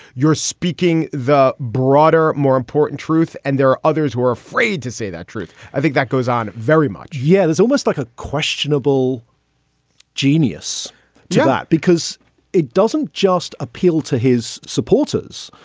you're speaking the broader more important truth and there are others who are afraid to say that truth. i think that goes on very much yeah there's almost like a questionable genius to that because it doesn't just appeal to his supporters.